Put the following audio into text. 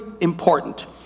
important